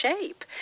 shape